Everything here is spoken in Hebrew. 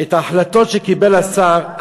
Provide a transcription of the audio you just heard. את ההחלטות שקיבל השר,